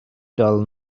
dull